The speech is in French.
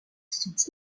sont